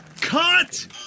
Cut